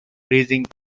raising